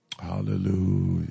hallelujah